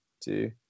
two